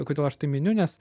kodėl aš tai miniu nes